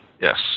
Yes